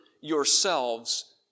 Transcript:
yourselves